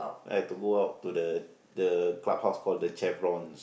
I had to go out to the the clubhouse called the Chevrons